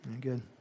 Good